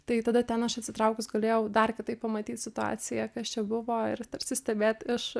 tai tada ten aš atsitraukus galėjau dar kitaip pamatyt situaciją kas čia buvo ir tarsi stebėt iš